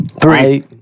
three